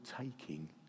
taking